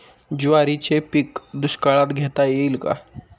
ज्वारीचे पीक दुष्काळात घेता येईल का?